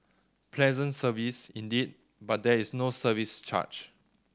pleasant service indeed but there is no service charge